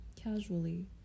casually